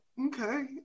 okay